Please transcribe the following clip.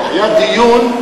היה דיון,